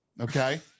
okay